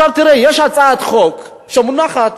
יש הצעת חוק שמונחת